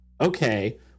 okay